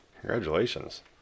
Congratulations